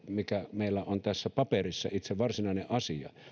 mikä meillä on tässä paperissa itse varsinainen asia